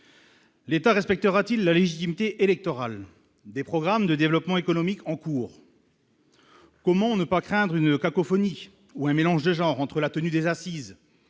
L'État respectera-t-il la légitimité électorale des programmes de développement économique en cours. Comment ne pas craindre une cacophonie ou un mélange des genres entre la tenue des assises